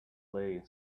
lay